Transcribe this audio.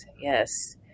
Yes